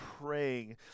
praying